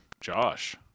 Josh